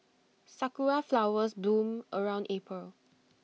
Sakura Flowers bloom around April